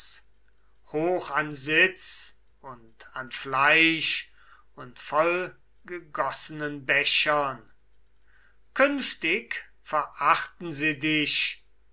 hoch an sitz und an fleisch und vollgegossenen bechern künftig verachten sie dich